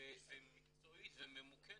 ומקצועית וממוקדת,